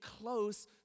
close